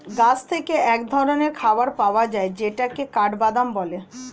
গাছ থেকে এক ধরনের খাবার পাওয়া যায় যেটাকে কাঠবাদাম বলে